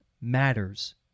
matters